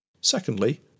Secondly